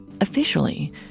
officially